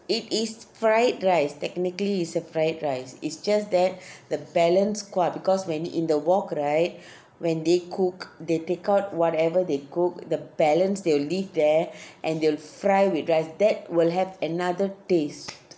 it is fried rice technically it's a fried rice is just that the balance !wah! because when in the wok right when they cook they take out whatever they cook the balance they'll leave there and they'll fry with rice that will have another taste